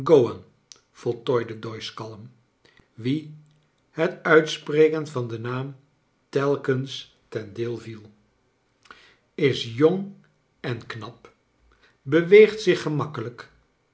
doyce kalm wien het uitspreken van den naam telkens ten deel viel is jong en knap beweegt zich gemakkelrjk